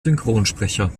synchronsprecher